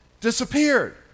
disappeared